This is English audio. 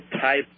type